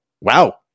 wow